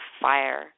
fire